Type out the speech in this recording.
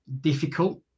difficult